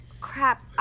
Crap